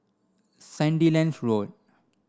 Sandilands Road